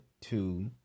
two